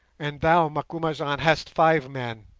and thou, macumazahn, hast five men,